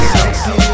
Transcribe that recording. sexy